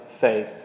faith